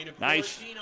Nice